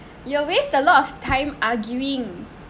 you waste a lot of time arguing